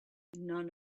none